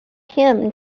him